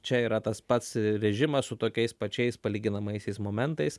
čia yra tas pats režimas su tokiais pačiais palyginamaisiais momentais